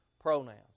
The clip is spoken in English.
pronouns